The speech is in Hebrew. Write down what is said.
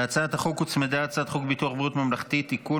להצעת החוק הוצמדה הצעת חוק ביטוח בריאות ממלכתי (תיקון,